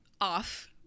Off